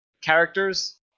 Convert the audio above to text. characters